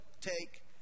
take